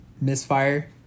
misfire